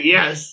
Yes